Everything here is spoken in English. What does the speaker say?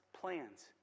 plans